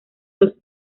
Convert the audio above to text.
los